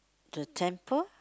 the temple